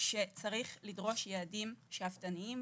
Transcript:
שצריך לדרוש יעדים שאפתניים,